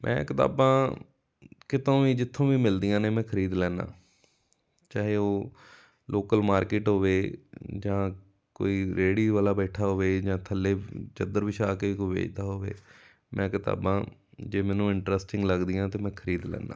ਮੈਂ ਕਿਤਾਬਾਂ ਕਿਤੋਂ ਵੀ ਜਿੱਥੋਂ ਵੀ ਮਿਲਦੀਆਂ ਨੇ ਮੈਂ ਖਰੀਦ ਲੈਂਦਾ ਚਾਹੇ ਉਹ ਲੋਕਲ ਮਾਰਕੀਟ ਹੋਵੇ ਜਾਂ ਕੋਈ ਰੇੜ੍ਹੀ ਵਾਲਾ ਬੈਠਾ ਹੋਵੇ ਜਾਂ ਥੱਲੇ ਚਾਦਰ ਵਿਛਾ ਕੇ ਕੋਈ ਵੇਚਦਾ ਹੋਵੇ ਮੈਂ ਕਿਤਾਬਾਂ ਜੇ ਮੈਨੂੰ ਇੰਟਰਸਟਿੰਗ ਲੱਗਦੀਆਂ ਤਾਂ ਮੈਂ ਖਰੀਦ ਲੈਂਦਾ